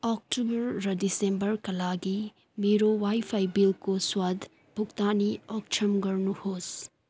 October र डिसेम्बरका लागि मेरो वाइफाई बिलको स्वत भुक्तानी अक्षम गर्नुहोस्